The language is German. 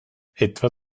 etwa